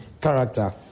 character